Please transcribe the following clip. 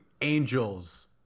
angels